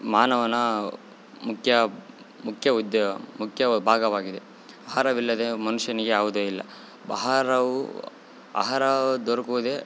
ಮಾನವನ ಮುಕ್ಯ ಮುಖ್ಯ ಉದ್ ಮುಖ್ಯ ಭಾಗವಾಗಿದೆ ಆಹಾರವಿಲ್ಲದೆ ಮನುಷ್ಯನಿಗೆ ಯಾವುದೇ ಇಲ್ಲ ಬಹಾರವು ಆಹಾರ ದೊರಕದೆ